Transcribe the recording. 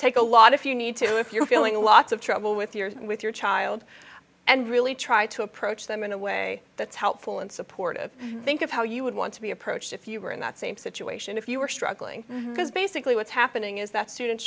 take a lot if you need to if you're feeling a lot of trouble with yours and with your child and really try to approach them in a way that's helpful and supportive think of how you would want to be approached if you were in that same situation if you were struggling because basically what's happening is that student